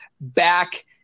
back